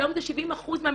שהיום זה 70% מהמש"ה.